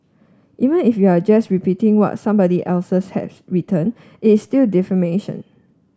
even if you are just repeating what somebody else has written it's still defamation